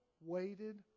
waited